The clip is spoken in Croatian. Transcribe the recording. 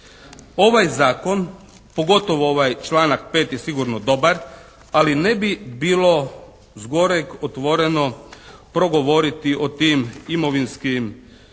Ovaj zakon, pogotovo ovaj članak 5. je sigurno dobar ali ne bi bilo zgoreg otvoreno progovoriti o tim imovinskim karticama,